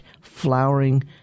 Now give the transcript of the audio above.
flowering